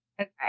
Okay